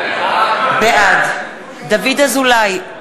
בעד דוד אזולאי,